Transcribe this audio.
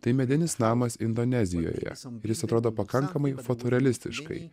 tai medinis namas indonezijoje ir jis atrodo pakankamai fotorealistiškai